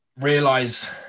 realize